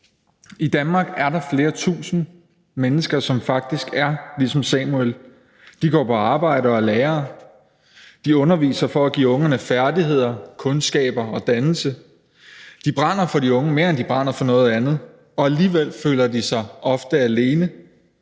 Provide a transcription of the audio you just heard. I Danmark er der flere tusind mennesker, som faktisk er ligesom Samuel. De går på arbejde og er lærere. De underviser for at give ungerne færdigheder, kundskaber og dannelse. De brænder for de unge, mere end de brænder for noget andet, og alligevel føler de sig ofte alene,